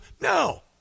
No